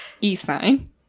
e-sign